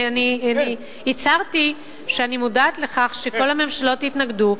אני הצהרתי שאני מודעת לכך שכל הממשלות התנגדו,